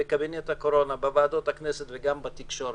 בקבינט הקורונה, בוועדות הכנסת וגם בתקשורת.